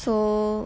so